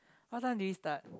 what time did we start